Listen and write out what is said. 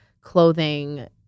clothing